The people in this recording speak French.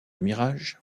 mirages